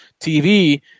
TV